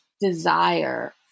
desire